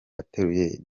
ateruye